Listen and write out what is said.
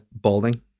balding